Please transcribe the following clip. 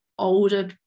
older